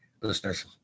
listeners